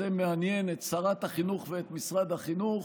מעניין את שרת החינוך ואת משרד החינוך.